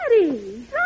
Daddy